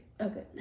Okay